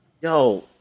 yo